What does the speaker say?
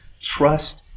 Trust